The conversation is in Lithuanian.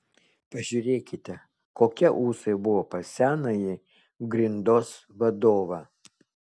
pažiūrėkite kokie ūsai buvo pas senąjį grindos vadovą